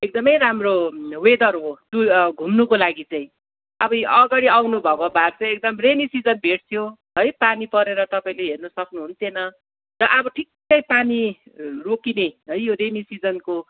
एकदमै राम्रो वेदर हो टु घुम्नुको लागि चाहिँ अब अगाडि आउनु भएको भए चाहिँ एकदम रेनी सिजन भेट्थ्यो है पानी परेर तपाईँले हेर्नु सक्नु हुन्थेन र अब ठिकै पानी रोकिने है यो रेनी सिजनको